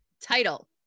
Title